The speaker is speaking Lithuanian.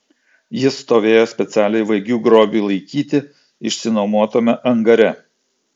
jis stovėjo specialiai vagių grobiui laikyti išsinuomotame angare